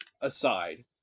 aside